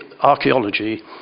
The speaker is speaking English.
archaeology